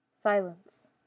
Silence